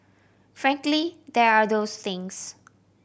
frankly there are those things